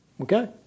Okay